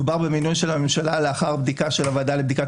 מדובר במינוי של הממשלה לאחר בדיקה של הוועדה לבדיקת